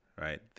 right